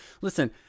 Listen